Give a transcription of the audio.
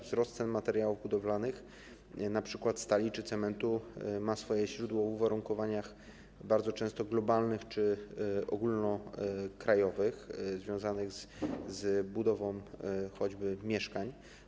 Wzrost cen materiałów budowlanych, np. stali czy cementu, ma swoje źródło w uwarunkowaniach bardzo często globalnych czy ogólnokrajowych, związanych z budową choćby mieszkań.